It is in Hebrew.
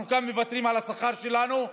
אנחנו מוותרים על השכר שלנו,